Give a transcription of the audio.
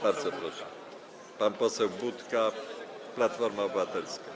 Bardzo proszę, pan poseł Budka, Platforma Obywatelska.